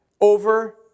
over